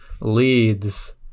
leads